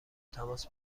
تماس